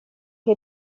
che